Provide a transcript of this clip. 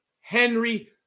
Henry